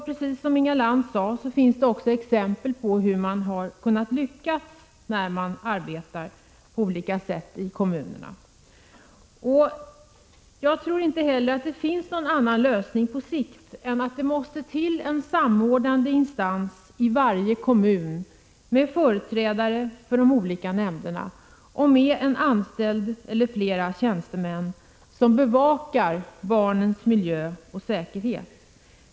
Precis som Inga Lantz sade finns det också exempel på hur man lyckats när man arbetat på olika sätt i kommunerna. Jag tror inte heller att det finns någon annan lösning på sikt än att inrätta en samordnande instans i varje kommun med företrädare för de olika nämnderna och med en eller flera anställda, som bevakar barnens miljö och säkerhet.